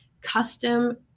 custom